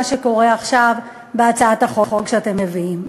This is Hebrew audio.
מה שקורה עכשיו בהצעת החוק שאתם מביאים.